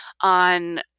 on